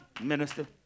minister